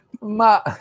Ma